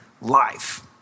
life